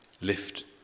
lift